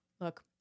look